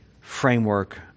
framework